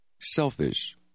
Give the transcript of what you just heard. Selfish